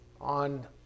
on